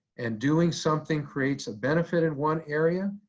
and doing something creates a benefit in one area,